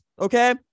okay